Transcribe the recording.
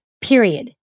period